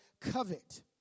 covet